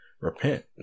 repent